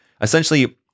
Essentially